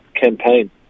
campaign